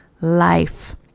life